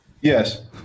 Yes